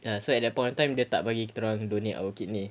ya so at that point of time dia tak bagi kita orang donate our kidney